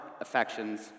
affections